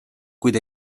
kuid